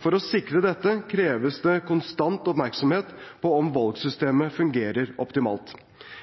For å sikre dette kreves det konstant oppmerksomhet på om valgsystemet fungerer optimalt.